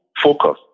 Focus